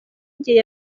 igihe